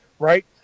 right